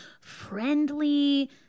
friendly